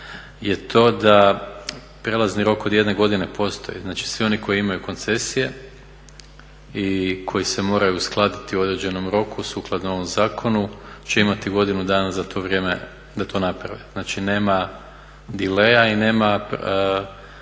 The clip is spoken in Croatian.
je to da prijelazni rok od jedne godine postoji. Znači svi oni koji imaju koncesije i koji se moraju uskladiti u određenom roku sukladno ovom zakonu će imati godinu dana za to vrijeme da to naprave. Znači nema dilema i nema